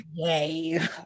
Yay